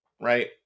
Right